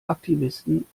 aktivisten